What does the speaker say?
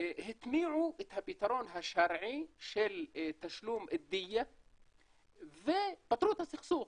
והם התניעו את הפתרון השרעי של תשלום אדייה ופתרו את הסכסוך.